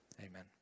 Amen